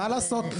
מה לעשות?